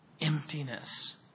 emptiness